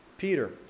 Peter